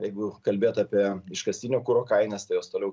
jeigu kalbėt apie iškastinio kuro kainas tai jos toliau